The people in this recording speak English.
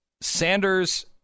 Sanders